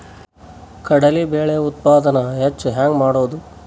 ಕಡಲಿ ಬೇಳೆ ಉತ್ಪಾದನ ಹೆಚ್ಚು ಹೆಂಗ ಮಾಡೊದು?